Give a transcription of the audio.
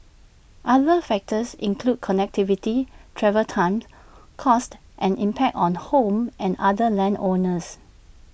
other factors include connectivity travel times costs and impact on home and other land owners